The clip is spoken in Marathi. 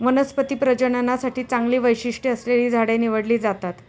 वनस्पती प्रजननासाठी चांगली वैशिष्ट्ये असलेली झाडे निवडली जातात